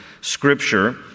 Scripture